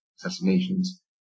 assassinations